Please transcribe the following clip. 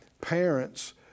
parents